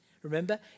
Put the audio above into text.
Remember